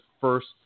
first